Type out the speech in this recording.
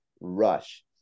rush